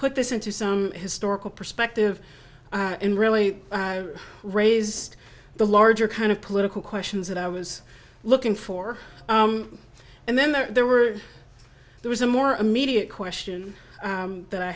put this into some historical perspective and really raised the larger kind of political questions that i was looking for and then there were there was a more immediate question that i